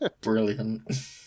Brilliant